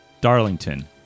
darlington